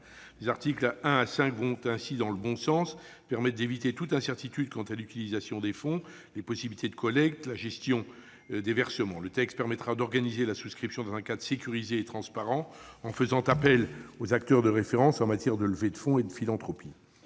Les articles 1 à 5 vont ainsi dans le bon sens. Ils permettent d'éviter toute incertitude quant à l'utilisation des fonds, aux possibilités de collectes et à la gestion des versements. Le texte permettra d'organiser la souscription dans un cadre sécurisé et transparent, en faisant appel aux acteurs de référence en matière de levées de fonds et de philanthropie.